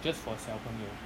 just for 小朋友